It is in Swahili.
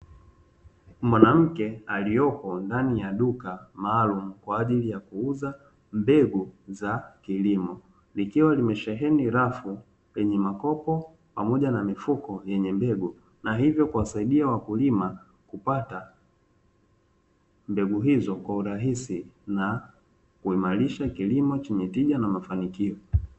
Mwanamke aliyopo ndani ya duka maalum kwaajili ya kuuza mbegu za kilimo. Likiwa limesheheni rafu zenye makopo na mifuko yenye mbegu na hivyo kuwasaida wakulima kupata mbegu hizo kwa urahisi na kuimarisha kilimo chenye tija na mafanikio